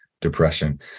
depression